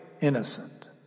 innocent